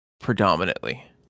predominantly